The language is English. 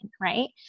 right